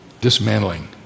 dismantling